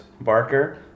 Barker